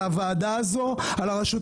אני חושבת שהאופוזיציה שמה הצעה על השולחן,